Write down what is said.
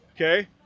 Okay